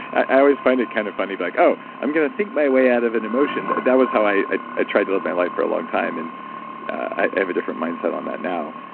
i always find it kind of funny. like, oh i'm going to think my way out of an emotion. that that was how i i tried to live my life for a long time, and i have a different mindset on that now.